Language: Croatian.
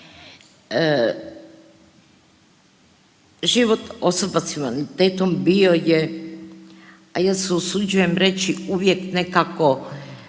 Život osoba s invaliditetom bio je, a ja se usuđujem reći uvijek nekako